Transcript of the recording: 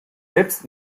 selbst